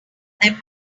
them